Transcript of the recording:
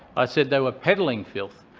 i said they were peddling filth,